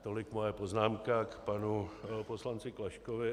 Tolik moje poznámka k panu poslanci Klaškovi.